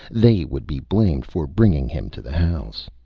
they would be blamed for bringing him to the house.